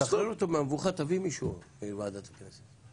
תשחרר אותו מהמבוכה, תביא מישהו מוועדת הכנסת.